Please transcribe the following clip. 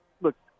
look